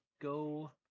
go